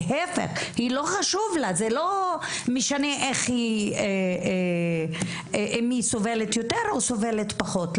להיפך - זה לא משנה אם היא סובלת יותר או סובלת פחות.